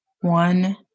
One